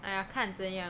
!aiya! 看怎样